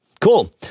cool